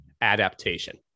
adaptation